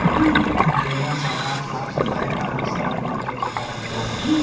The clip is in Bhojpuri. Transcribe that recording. एमन सरकार साफ सफाई, पानी, सड़क कुल के ठेका रखेला